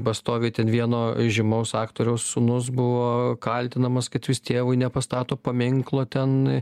ba stovi ten vieno žymaus aktoriaus sūnus buvo kaltinamas kad vis tėvui nepastato paminklo ten